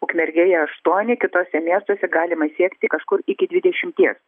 ukmergėje aštuoni kituose miestuose galima siekti kažkur iki dvidešimties